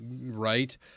right